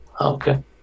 Okay